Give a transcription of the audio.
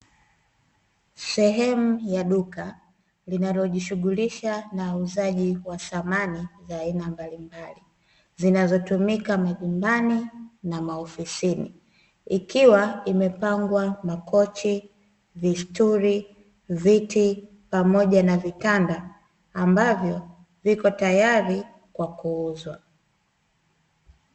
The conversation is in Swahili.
Sehemu ya duka linalojishughulisha na uuzaji wa samani za aina mbalimbali, zinazotumika majumbani na maofisini, ikiwa imepangwa makochi, vistuli, viti pamoja na vitanda ambavyo viko tayari kwa kuuzwa.